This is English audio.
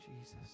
Jesus